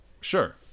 Sure